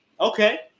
Okay